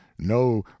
no